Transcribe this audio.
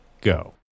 go